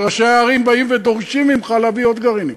כשראשי הערים באים ודורשים ממך להביא עוד גרעינים,